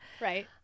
Right